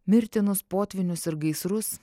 mirtinus potvynius ir gaisrus